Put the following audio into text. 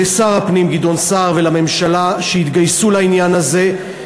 לשר הפנים גדעון סער ולממשלה שהתגייסו לעניין הזה.